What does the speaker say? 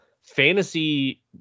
fantasy